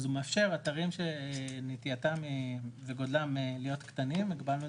אז הוא מאפשר אתרים שנטייתם וגודלם להיות קטנים,